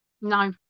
No